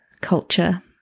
culture